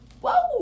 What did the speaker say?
Whoa